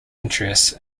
interests